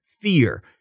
fear